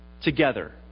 together